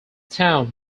town